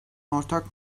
ortak